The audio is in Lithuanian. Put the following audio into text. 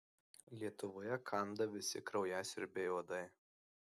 lietuvoje kanda visi kraujasiurbiai uodai